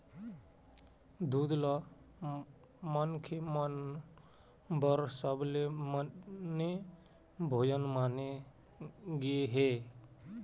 दूद ल मनखे मन बर सबले बने भोजन माने गे हे